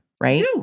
right